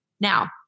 Now